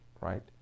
right